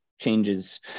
changes